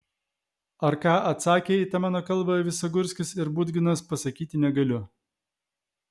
ar ką atsakė į tą mano kalbą visagurskis ir budginas pasakyti negaliu